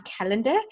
calendar